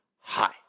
Hi